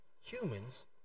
humans